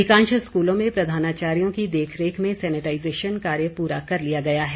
अधिकांश स्कूलों में प्रधानाचार्यों की देख रेख में सेनेटाईजेशन कार्य पूरा कर लिया गया है